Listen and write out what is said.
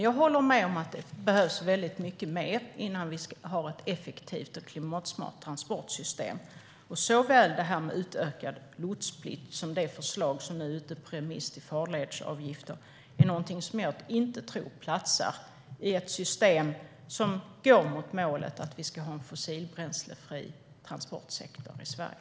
Jag håller med om att det behövs väldigt mycket mer innan vi har ett effektivt och klimatsmart transportsystem. Såväl utökad lotsplikt som det förslag om farledsavgifter som nu är ute på remiss är någonting som jag inte tror platsar i ett system som går mot målet att vi ska ha en fossilbränslefri transportsektor i Sverige.